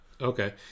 Okay